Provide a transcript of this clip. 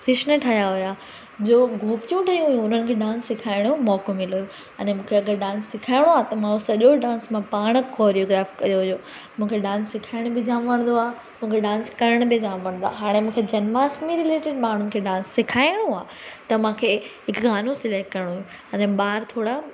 कृष्न ठहिया हुआ जो गोपियूं ठहियूं हुयूं उन्हनि खे डांस सिखाइण जो मौक़ो मिलियो अने मूंखे अगरि डांस सेखारिणो आहे त मां उहो सॼो डांस मां पाणि कोरियोग्राफ़ कयो हुओ मूंखे डांस सेखारण बि जाम वणंदो आहे मूंखे डांस करण बि जाम वणंदो आहे हाणे मूंखे जन्माष्टमी रिलेटेड माण्हुनि खे डांस सेखारिणो आहे त मूंखे हिक गानो सिलेक्ट करिणो हुओ अने ॿार थोरा